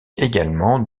également